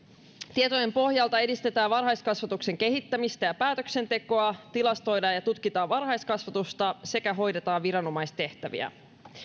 tietojen pohjalta edistetään varhaiskasvatuksen kehittämistä ja päätöksentekoa tilastoidaan ja tutkitaan varhaiskasvatusta sekä hoidetaan viranomaistehtäviä